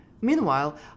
Meanwhile